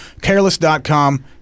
careless.com